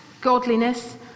godliness